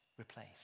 Replace